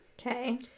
okay